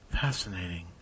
Fascinating